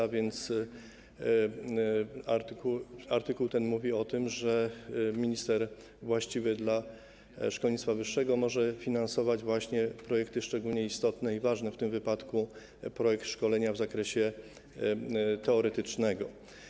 Artykuł ten mówi o tym, że minister właściwy dla szkolnictwa wyższego może finansować projekty szczególnie istotne i ważne, w tym wypadku projekt szkolenia w zakresie teoretycznym.